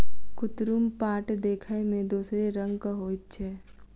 कुतरुम पाट देखय मे दोसरे रंगक होइत छै